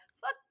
Fuck